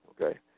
okay